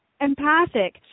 empathic